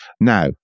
Now